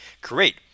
great